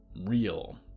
Real